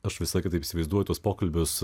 aš visai kitaip įsivaizduoju tuos pokalbius